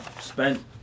spent